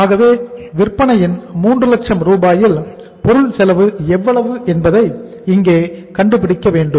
ஆகவே விற்பனையின் 3 லட்சம் ரூபாயில் பொருள் செலவு என்ன என்பதை இங்கே கண்டுபிடிக்க வேண்டும்